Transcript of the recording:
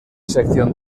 sección